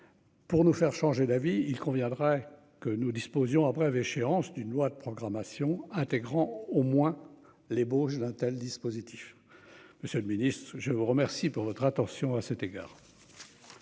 Pour nous faire changer d'avis, il conviendrait que nous disposions après échéance d'une loi de programmation intégrant au moins l'ébauche d'un tel dispositif. Monsieur le Ministre, je vous remercie pour votre attention. À cet égard.